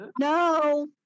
No